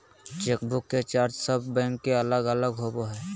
chequebook के charge सब bank के अलग अलग होबा हइ